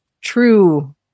true